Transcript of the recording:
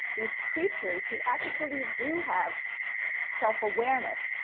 these creatures who actually do have self awareness,